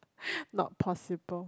not possible